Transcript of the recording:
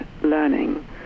learning